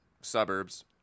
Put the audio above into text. suburbs